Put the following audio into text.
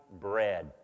bread